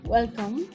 Welcome